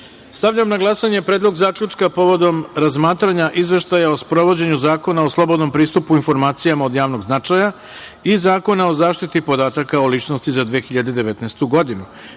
na glasanje – Predlog zaključka povodom razmatranja Izveštaja o sprovođenju Zakona o slobodnom pristupu informacijama od javnog značaja i Zakona o zaštiti podataka o ličnosti za 2019. godinu,